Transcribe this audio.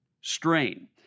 strain